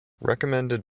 recommended